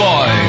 Boy